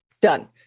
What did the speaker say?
Done